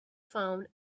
found